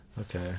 Okay